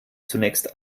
zunächst